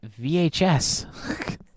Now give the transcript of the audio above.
VHS